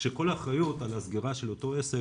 כשכל האחריות על הסגירה של אותו גן,